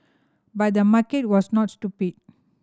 but the market was not stupid